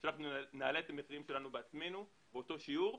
אנחנו נעלה את המחירים שלנו בעצמנו באותו שיעור.